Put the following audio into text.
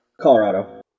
Colorado